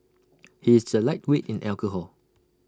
he is A lightweight in alcohol